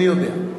אני יודע.